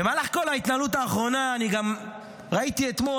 במהלך כל ההתנהלות האחרונה אני גם ראיתי אתמול,